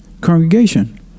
congregation